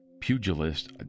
pugilist